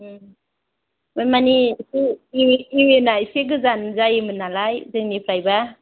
ए माने एसे इउ एनआ एसे गोजान जायोमोन नालाय जोंनिफ्रायबा